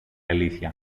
αλήθεια